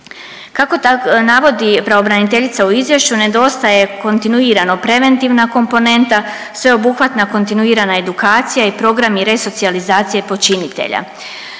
Kako navodi pravobraniteljica u izvješću nedostaje kontinuirano preventivna komponenta, sveobuhvatna kontinuirana edukacija i programi resocijalizacije počinitelja.